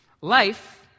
life